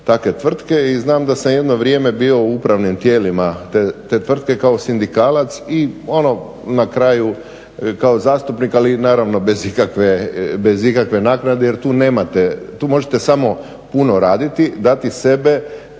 i znam da sam jedno vrijeme bio u upravnim tijelima te tvrtke kao sindikalac i ono na kraju kao zastupnik ali naravno bez ikakve naknade jer tu možete samo puno raditi, dati sebe,